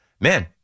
Man